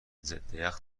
ضدیخ